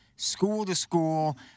school-to-school